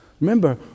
Remember